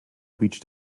reached